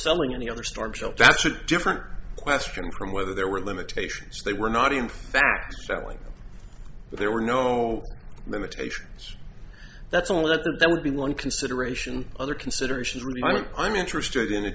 selling any other storm shelter that's a different question from whether there were limitations they were not in fact selling but there were no limitations that's a letter that would be one consideration other considerations i'm interested in a